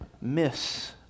miss